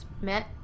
met